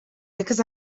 because